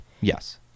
yes